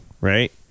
right